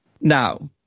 Now